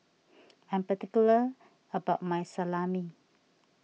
I'm particular about my Salami